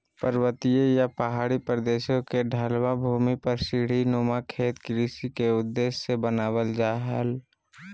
पर्वतीय या पहाड़ी प्रदेश के ढलवां भूमि पर सीढ़ी नुमा खेत कृषि के उद्देश्य से बनावल जा हल